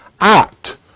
act